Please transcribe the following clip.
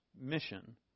mission